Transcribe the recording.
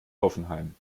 hoffenheim